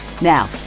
Now